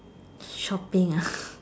shopping ah